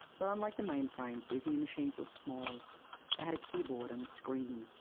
but unlike the mainframes, these new machines were small, they had a keyboard, and a screen.